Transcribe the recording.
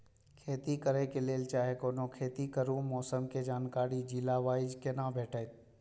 खेती करे के लेल चाहै कोनो खेती करू मौसम के जानकारी जिला वाईज के ना भेटेत?